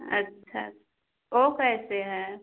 अच्छा ओ कैसे है